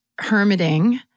hermiting